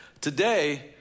Today